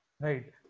Right